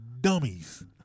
dummies